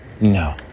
No